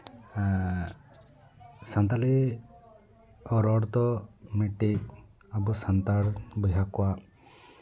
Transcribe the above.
ᱥᱟᱱᱛᱟᱲᱤ ᱨᱚᱲ ᱫᱚ ᱢᱤᱫᱴᱤᱡ ᱟᱵᱚ ᱥᱟᱱᱛᱟᱲ ᱵᱚᱭᱦᱟ ᱠᱚᱣᱟᱜ